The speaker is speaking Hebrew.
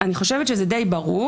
חושבת שזה די ברור.